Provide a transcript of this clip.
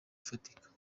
ufatika